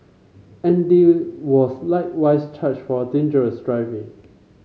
Andy was likewise charged for dangerous driving